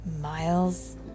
Miles